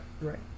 right